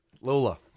Lola